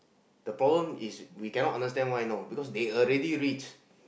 the problem is we cannot understand why now because they already reach